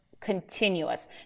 continuous